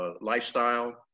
lifestyle